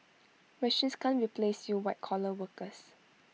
machines can't replace you white collar workers